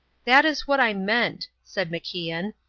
that is what i meant, said macian,